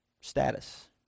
status